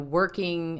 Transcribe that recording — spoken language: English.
working